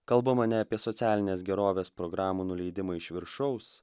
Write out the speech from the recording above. kalbama ne apie socialinės gerovės programų nuleidimą iš viršaus